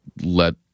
let